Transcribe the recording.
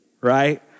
right